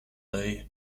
oeil